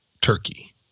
Turkey